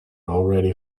already